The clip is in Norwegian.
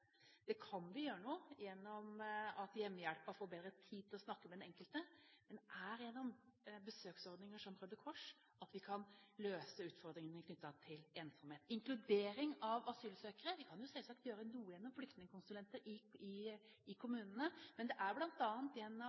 kan vi gjøre noe med ved at hjemmehjelpen får bedre tid til å snakke med den enkelte, men det er ved besøksordninger, som gjennom Røde Kors, at vi kan løse utfordringene knyttet til ensomhet. Når det gjelder inkludering av asylsøkere, kan vi selvsagt gjøre noe gjennom flyktningkonsulenter i kommunene, men det er bl.a. gjennom